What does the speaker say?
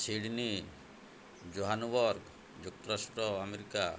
Sydney Johannesburg ଯୁକ୍ତରାଷ୍ଟ୍ର America